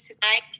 tonight